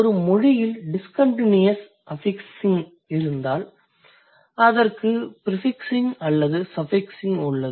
ஒரு மொழியில் discontinuous affixing இருந்தால் அதற்கு ப்ரிஃபிக்ஸிங் அல்லது சஃபிக்ஸிங் உள்ளது